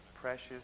precious